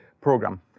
program